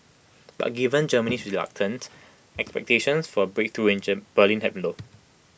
but given Germany's reluctance expectations for A breakthrough in Berlin had been low